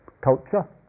culture